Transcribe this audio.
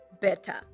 better